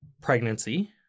pregnancy